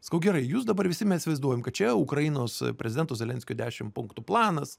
sakau gerai jūs dabar visi mes vaizduojam kad čia ukrainos prezidento zelenskio dešim punktų planas